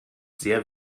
sehr